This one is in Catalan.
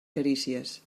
carícies